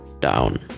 down